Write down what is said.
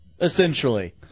essentially